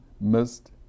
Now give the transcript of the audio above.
missed